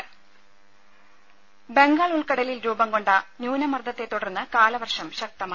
ദേദ ബംഗാൾ ഉൾക്കടലിൽ രൂപംകൊണ്ട ന്യൂനമർദ്ദത്തെത്തുടർന്ന് കാലവർഷം ശക്തമായി